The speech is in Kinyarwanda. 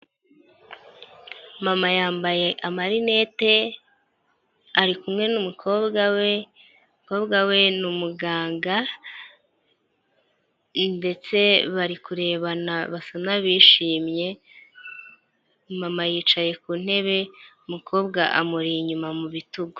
Mama yambaye amarinete, ari kumwe n'umukobwa we, umukobwa we ni umuganga ndetse bari kurebana basa n'abishimye, mama yicaye ku ntebe, umukobwa amuri inyuma mu bitugu.